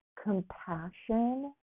compassion